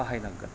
बाहायनांगोन